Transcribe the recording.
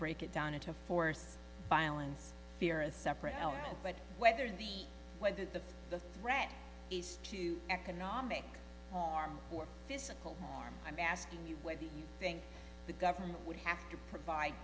break it down into force violence fear is separate but whether the whether the the threat to economic harm or physical harm i'm asking you what you think the government would have to provide